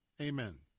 Amen